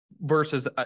versus